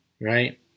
right